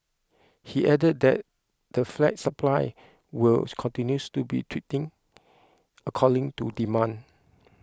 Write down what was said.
he added that the flat supply will continues to be according to demand